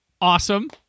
awesome